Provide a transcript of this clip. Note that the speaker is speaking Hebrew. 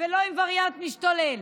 ולא עם וריאנט משתולל.